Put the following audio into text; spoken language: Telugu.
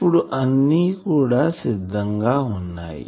ఇప్పుడు అన్ని కూడా సిద్ధం గా వున్నాయి